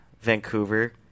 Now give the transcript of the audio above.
Vancouver